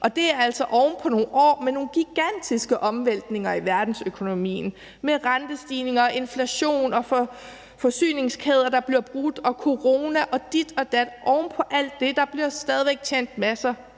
og det er altså oven på nogle år med nogle gigantiske omvæltninger i verdensøkonomien med rentestigninger og inflation og forsyningskæder, der bliver brudt og corona og dit og dat. Oven på alt det bliver der stadig væk tændt masser